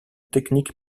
techniques